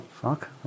Fuck